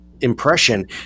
impression